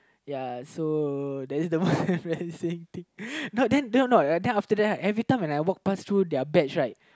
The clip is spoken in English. ya so that is the one embarrassing thing not then no no after that right every time when I walk past through their batch right